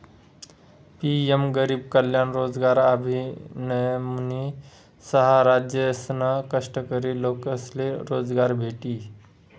PM गरीब कल्याण रोजगार अभियानमुये सहा राज्यसना कष्टकरी लोकेसले रोजगार भेटी